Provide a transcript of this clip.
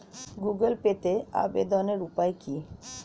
Google পেতে আবেদনের উপায় কি?